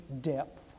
depth